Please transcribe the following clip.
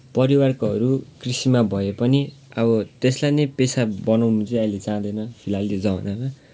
परिवारकोहरू कृषिमा भए पनि अब त्यसलाई नै पेसा बनाउनु चाहिँ अहिले चाहँदैन फिलहाल रिझाउँदैन